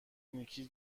نیکی